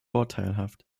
vorteilhaft